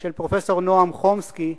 של פרופסור נועם חומסקי.